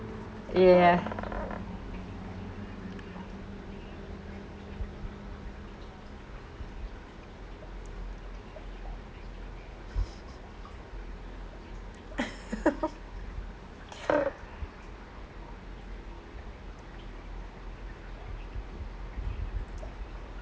yeah